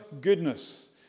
goodness